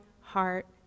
heart